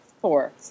four